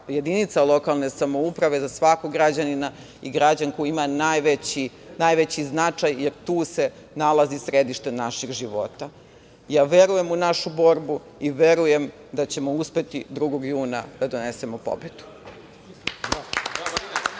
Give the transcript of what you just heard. jedinica lokalne samouprave za svakog građanina i građanku ima najveći značaj, jer tu se nalazi središte naših života. Ja verujem u našu borbu i verujem da ćemo uspeti 2. juna da donesemo pobedu.